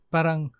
Parang